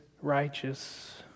righteous